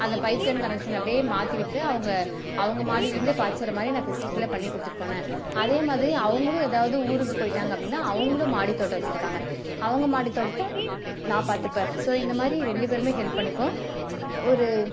அந்தப் pipeline connection அப்படியே மாற்றிவிட்டு அவங்க அவங்க மாடிலிருந்தே பாய்ச்சுகிற மாதிரி பெசிலிட்டியெலாம் பண்ணிக் கொடுத்துட்டுப் போனேன் அதேமாதிரி அவங்களும் ஏதாவது ஊருக்குப் போய்விட்டாங்க அப்படினா அவங்களும் மாடி தோட்டம் வச்சுருக்காங்க அவங்க மாடித் தோட்டத்தை நான் பார்த்துப்பேன் ஸோ இந்தமாதிரி ரெண்டு பேருமே ஹெல்ப் பண்ணிப்போம் ஒரு